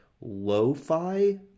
Lo-Fi